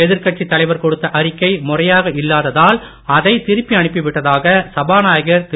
எதிர்கட்சித் தலைவர் கொடுத்த அறிக்கை முறையாக இல்லாததால் அதை திருப்பி அனுப்பி விட்டதாக சபாநாயகர் திரு